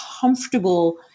comfortable